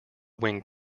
wing